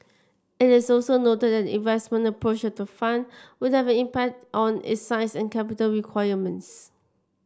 it is also noted that the investment approach of the fund would have an impact on its size and capital requirements